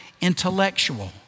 intellectual